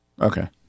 Okay